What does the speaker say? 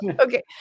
Okay